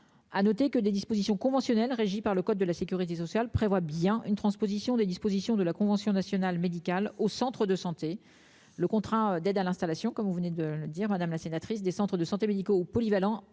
À noter que des dispositions conventionnelles régis par le code de la sécurité sociale prévoit bien une transposition des dispositions de la convention nationale médicale au centre de santé. Le contrat d'aide à l'installation comme vous venez de le dire madame la sénatrice, des centres de santé médicaux polyvalent.